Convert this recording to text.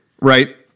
Right